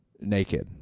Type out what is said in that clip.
naked